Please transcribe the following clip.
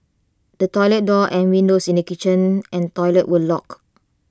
the toilet door and windows in the kitchen and toilet were locked